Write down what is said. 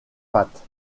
pattes